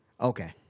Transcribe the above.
Okay